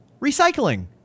recycling